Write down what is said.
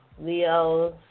Leos